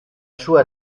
sua